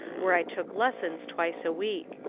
where i took lessons twice a week.